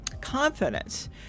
confidence